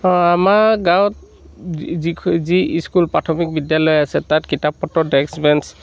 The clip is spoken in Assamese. অঁ আমাৰ গাঁৱত যি যি স্কুল প্ৰাথমিক বিদ্যালয় আছে তাত কিতাপ পত্ৰ ডেস্ক বেঞ্চ